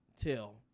tell